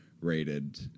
rated